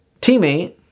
teammate